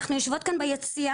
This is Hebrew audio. אנחנו יושבות כאן ביציע.